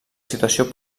situació